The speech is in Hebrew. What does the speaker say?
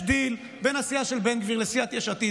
יש דיל בין הסיעה של בן גביר לסיעת יש עתיד.